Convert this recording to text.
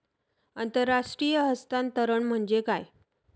आंतरराष्ट्रीय हस्तांतरण म्हणजे काय?